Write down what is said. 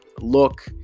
look